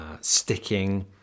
sticking